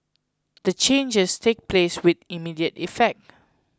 the changes take place with immediate effect